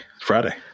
Friday